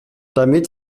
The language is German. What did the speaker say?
damit